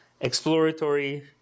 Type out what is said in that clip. exploratory